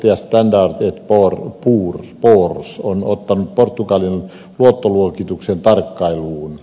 luottoluokittaja standard poors on ottanut portugalin luottoluokituksen tarkkailuun